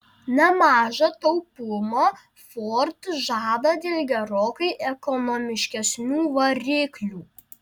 nemažą taupumą ford žada dėl gerokai ekonomiškesnių variklių